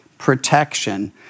protection